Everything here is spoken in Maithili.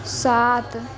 सात